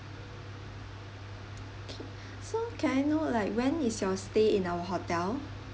okay so can I know like when is your stay in our hotel